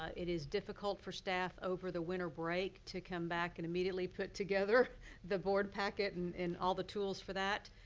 ah it is difficult for staff, over the winter break, to come back and immediately put together the board packet and and all the tools for that.